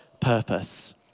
purpose